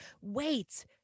Wait